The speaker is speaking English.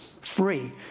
free